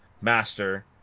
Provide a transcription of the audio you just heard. Master